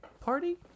party